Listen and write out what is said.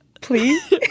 Please